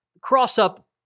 cross-up